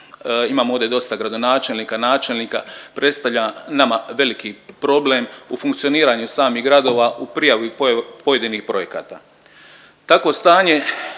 imamo ovdje dosta gradonačelnika, načelnika predstavlja nama veliki problem u funkcioniranju samih gradova u prijavi pojedinih projekata. Tako stanje